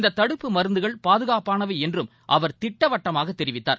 இந்த தடுப்பு மருந்துகள் பாதுகாப்பானவை என்றும் அவர் திட்டவட்டமாகத் தெரிவித்தார்